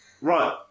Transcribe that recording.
Right